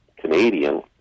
Canadian